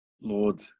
Lord